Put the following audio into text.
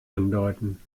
andeuten